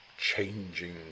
Changing